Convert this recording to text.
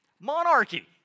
Monarchy